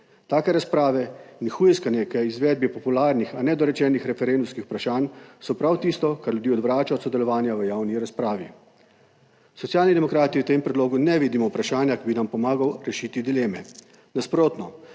Take razprave in hujskanje k izvedbi popularnih, a nedorečenih referendumskih vprašanj so prav tisto, kar ljudi odvrača od sodelovanja v javni razpravi. Socialni demokrati v tem predlogu ne vidimo vprašanja, ki bi nam pomagal rešiti dileme. Nasprotno,